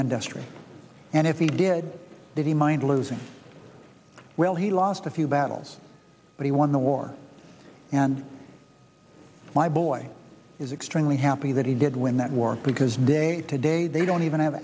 industry and if he did did he mind losing well he lost a few battles but he won the war and my boy is extremely happy that he did win that war because day to day they don't even have